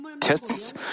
tests